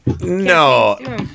No